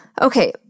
Okay